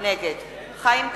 נגד חיים כץ,